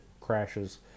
crashes